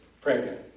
pregnant